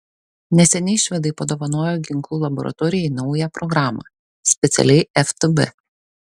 neseniai švedai padovanojo ginklų laboratorijai naują programą specialiai ftb